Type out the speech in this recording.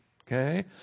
okay